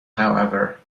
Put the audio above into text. however